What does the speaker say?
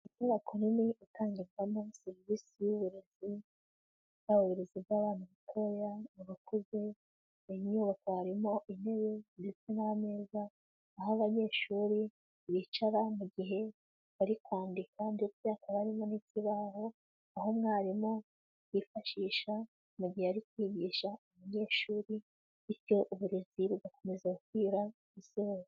Inyubako nini utangirwamo serivisi y'uburezi, yaba uburezi b'abana batoya, bakuze, mu nyubako harimo intebe ndetse n'amezaza, aho abanyeshuri bicara mu gihe bari kwandika, ndetse hakaba harimo n'ikibaho, aho umwarimu yifashisha mu gihe ari kwigisha abanyeshuri, bityo uburezi bugakomeza gukwira ku isi hose.